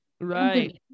Right